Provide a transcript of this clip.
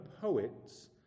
poets